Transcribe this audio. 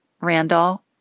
Randall